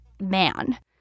man